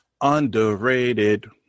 Underrated